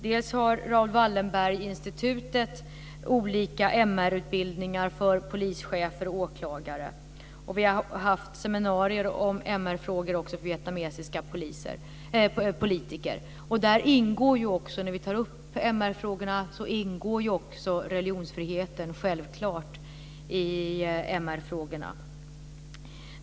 Dels har också Raoul Wallenberginstitutet olika MR-utbildningar för polischefer och åklagare. Vi har också haft seminarier om MR-frågor för vietnamesiska politiker. När vi tar upp MR frågorna ingår självklart också religionsfriheten i detta.